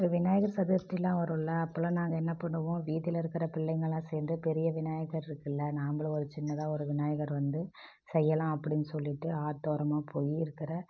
இப்போ விநாயகர் சதுர்த்திலாம் வரும்ல அப்போலாம் நாங்கள் என்ன பண்ணுவோம் வீட்டில் இருக்கிற பிள்ளைங்கலாம் சேர்ந்து பெரிய விநாயகர் இருக்குல்ல நாங்களும் ஒரு சின்னதாக ஒரு விநாயகர் வந்து செய்யலாம் அப்படினு சொல்லிகிட்டு ஆற்றோரமா போய் இருக்கிற